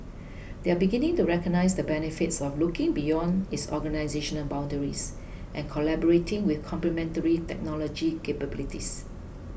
they are beginning to recognise the benefits of looking beyond its organisational boundaries and collaborating with complementary technology capabilities